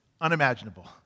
unimaginable